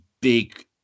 big